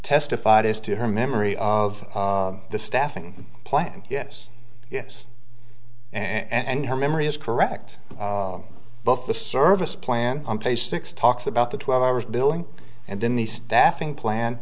testified as to her memory of the staffing plan yes yes and her memory is correct both the service plan on page six talks about the twelve hours billing and then the staffing plan